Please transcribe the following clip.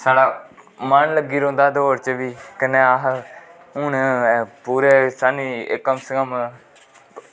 साढ़ा मन लग्गी रौंह्दा दौड़ च कन्नै अस हून पूरा साह्नू कम से कम